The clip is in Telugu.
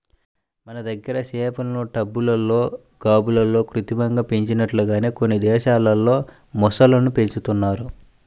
మన దగ్గర చేపలను టబ్బుల్లో, గాబుల్లో కృత్రిమంగా పెంచినట్లుగానే కొన్ని దేశాల్లో మొసళ్ళను పెంచుతున్నారు